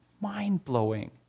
mind-blowing